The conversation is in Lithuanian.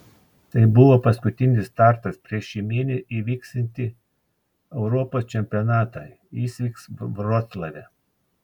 tai buvo paskutinis startas prieš šį mėnesį įvyksiantį europos čempionatą jis vyks vroclave